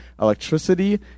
electricity